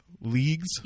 leagues